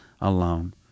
alone